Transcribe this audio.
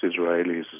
Israelis